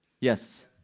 Yes